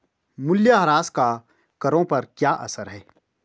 मूल्यह्रास का करों पर क्या असर है?